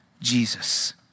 Jesus